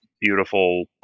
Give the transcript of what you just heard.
beautiful